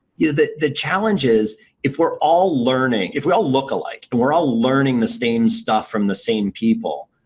you know the the challenge is if we're all learning, if we all look alike and we're all learning the same stuff from the same people,